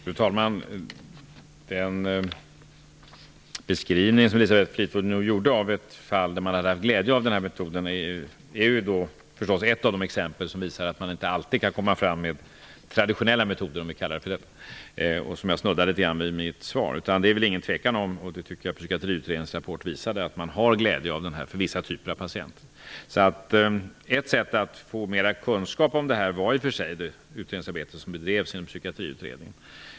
Fru talman! Den beskrivning som Elisabeth Fleetwood gjorde av ett fall där man haft glädje av denna metod är ett exempel som visar att man inte alltid kan använda -- låt oss kalla dem -- traditionella metoder, som jag snuddade vid i mitt svar. Det är väl inget tvivel om, vilket också Psykiatriutredningens rapport visade, att vissa patienter har glädje av denna form av behandling. Ett sätt att få mer kunskap om detta var i och för sig det utredningsarbete som bedrevs inom Psykiatriutredningen.